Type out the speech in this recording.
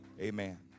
Amen